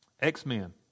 x-men